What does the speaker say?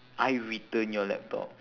I return your laptop